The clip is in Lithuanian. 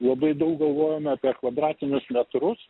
labai daug galvojame apie kvadratinius metrus